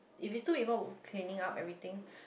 if is still even cleaning up everything